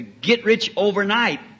get-rich-overnight